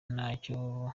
nabyo